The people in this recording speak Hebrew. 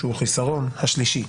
שהוא חיסרון, השלישי: